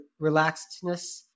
relaxedness